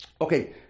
okay